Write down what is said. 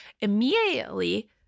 immediately